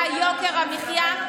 הכול שם כמעט היה יוקר המחיה,